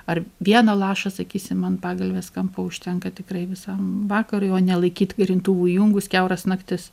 ar vieną lašą sakysim ant pagalvės kampo užtenka tikrai visam vakarui o ne laikyt garintuvų įjungus kiauras naktis